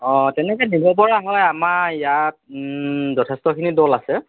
অঁ তেনেকৈ দিব পৰা আমাৰ ইয়াত যথেষ্টখিনি দল আছে